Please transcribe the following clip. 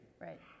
right